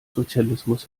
sozialismus